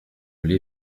l’ai